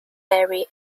berry